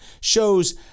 shows